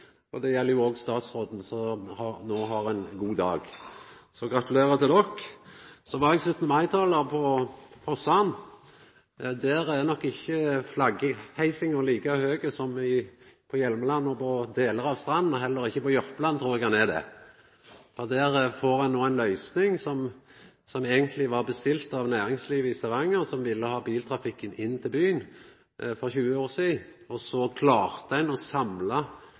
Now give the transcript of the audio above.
si. Det gjeld jo òg statsråden, som no har ein god dag. Gratulerer til dykk. Eg var 17. mai-talar på Forsand. Der er nok ikkje flagga heist like høgt som på Hjelmeland og på delar av Strand – og heller ikkje på Jørpeland. Der får ein no ei løysing som eigentleg var bestilt av næringslivet i Stavanger, som ville ha biltrafikken inn til byen for 20 år sidan. Ein klarte å samla veldig mange parti bak det, og så blei det den løysinga. Eg trur det er veldig rett, det som ein